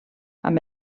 amb